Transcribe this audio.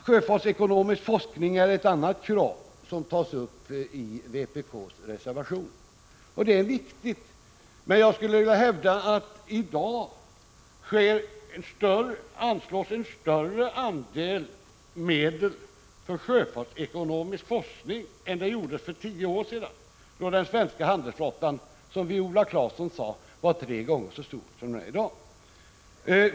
Sjöfartsekonomisk forskning är ett annat krav som tas upp i vpk:s reservation. Sådan forskning är viktig. Men jag skulle vilja hävda att det i dag anslås mer medel för sjöfartsekonomisk forskning än för tio år sedan, då den svenska handelsflottan var tre gånger så stor som den är i dag, som Viola Claesson sade.